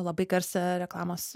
labai garsią reklamos